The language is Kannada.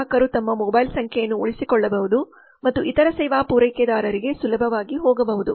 ಗ್ರಾಹಕರು ತಮ್ಮ ಮೊಬೈಲ್ ಸಂಖ್ಯೆಯನ್ನು ಉಳಿಸಿಕೊಳ್ಳಬಹುದು ಮತ್ತು ಇತರ ಸೇವಾ ಪೂರೈಕೆದಾರರಿಗೆ ಸುಲಭವಾಗಿ ಹೋಗಬಹುದು